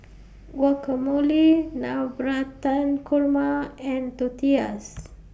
Guacamole Navratan Korma and Tortillas